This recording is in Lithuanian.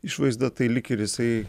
išvaizdą tai lyg ir jisai